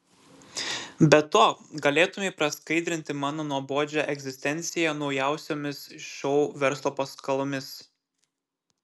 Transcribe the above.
be to galėtumei praskaidrinti mano nuobodžią egzistenciją naujausiomis šou verslo paskalomis